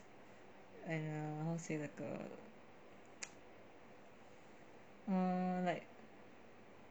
and err how to say like err err like